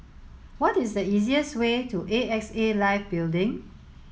what is the easiest way to A X A Life Building